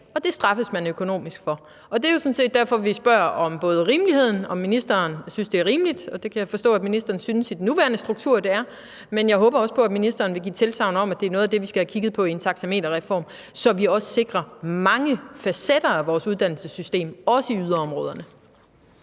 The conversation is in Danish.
men det straffes man økonomisk for. Det er jo sådan set derfor, vi spørger om rimeligheden i det, altså om ministeren synes, det er rimeligt – og det kan jeg forstå ministeren synes i den nuværende situation det er – men jeg håber også på, at ministeren vil give tilsagn om, at det er noget af det, vi skal have kigget på i forbindelse med en taxameterreform, så vi også sikrer mange facetter af vores uddannelsessystem og også i yderområderne.